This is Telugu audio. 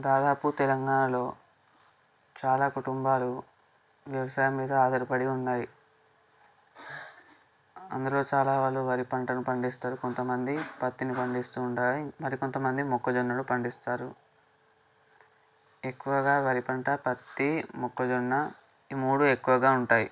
దాదాపు తెలంగాణలో చాలా కుటుంబాలు వ్యవసాయం మీద ఆధారపడి ఉన్నాయి అందులో చాలా వాళ్ళు వరి పంటను పండిస్తారు కొంతమంది పత్తిని పండిస్తూ ఉంటారు మరి కొంతమంది మొక్కజొన్నలు పండిస్తారు ఎక్కువగా వరి పంట పత్తి మొక్కజొన్న ఈ మూడు ఎక్కువగా ఉంటాయి